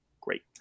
great